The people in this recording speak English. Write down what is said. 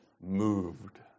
moved